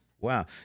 Wow